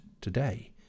today